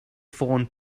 ffôn